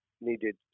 needed